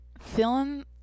Feeling